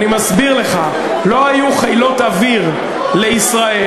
אני מסביר לך: לא היו חילות אוויר לישראל.